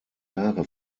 jahre